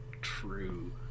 true